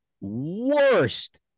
worst